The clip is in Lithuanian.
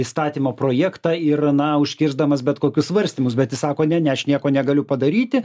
įstatymo projektą ir na užkirsdamas bet kokius svarstymus bet jis sako ne ne aš nieko negaliu padaryti